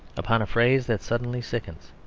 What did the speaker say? upon a phrase that suddenly sickens.